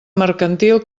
mercantil